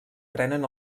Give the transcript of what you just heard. prenen